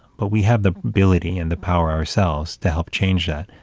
but we have the ability and the power ourselves to help change that,